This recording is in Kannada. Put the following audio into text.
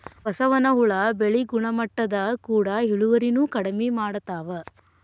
ಬಸವನ ಹುಳಾ ಬೆಳಿ ಗುಣಮಟ್ಟದ ಕೂಡ ಇಳುವರಿನು ಕಡಮಿ ಮಾಡತಾವ